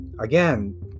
again